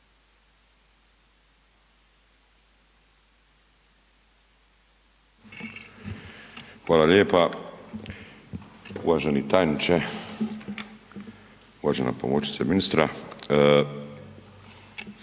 Hvala lijepa. Uvaženi tajniče, uvažena pomoćnice ministra,